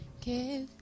Give